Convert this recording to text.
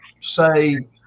say